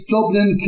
Dublin